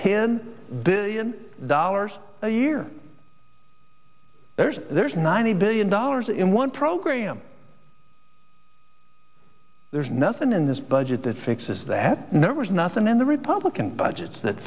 ten billion dollars a year there's there's ninety billion dollars in one program there's nothing in this budget that fixes that nevers nothing in the republican budgets that